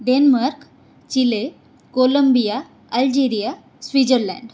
Denmark Chile Columbia Algeria Switzerland